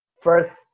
first